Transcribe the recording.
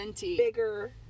bigger